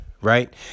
right